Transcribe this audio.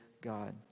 God